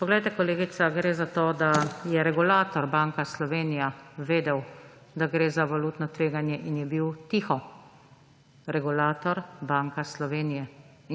Poglejte, kolegica, gre za to, da je regulator Banka Slovenija vedel, da gre za valutno tveganje, in je bil tiho. Regulator Banka Slovenije!